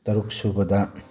ꯇꯔꯨꯛ ꯁꯨꯕꯗ